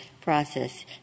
process